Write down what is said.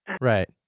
Right